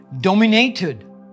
dominated